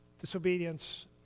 disobedience